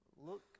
look